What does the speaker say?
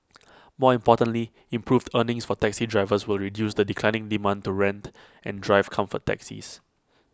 more importantly improved earnings for taxi drivers will reduce the declining demand to rent and drive comfort taxis